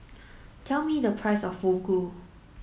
tell me the price of Fugu